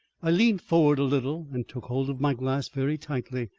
i leant forward a little and took hold of my glass very tightly.